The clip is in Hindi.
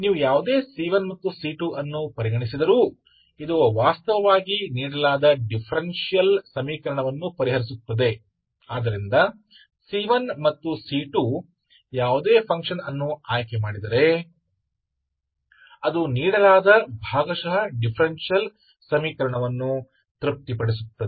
आप कोई भीC1 और C2 देते हैं और यह वास्तव में दिए गए डिफरेंशियल समीकरण को हल करता है इसलिए आपने कोई भी फ़ंक्शनC1 और C2चुना है जो कुछ भी फंक्शन कर सकता है वह दिए गए पार्शियल डिफरेंशियल समीकरण को संतुष्ट करेगा